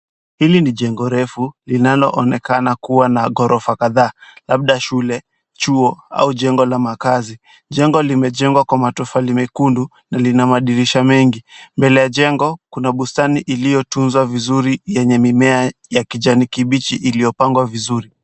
Hili ni jengo refu linaloonekana kuwa na ghorofa kadhaa, labda shule, chuo au jengo la makazi. Jengo limejengwa kwa matofali mekundu na lina madirisha mengi. Mbele ya jengo, kuna bustani iliyotunzwa vizuri yenye mimea ya kijani kibichi iliyopangwa vizuri.